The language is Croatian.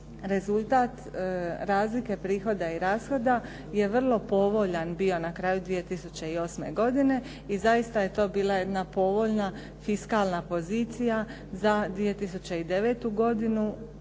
rezultat razlike prihoda i rashoda je bio vrlo povoljan na kraju 2008. godine i zaista je to bila povoljna fiskalna pozicija za 2009. godinu,